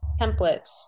templates